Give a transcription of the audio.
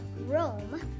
Rome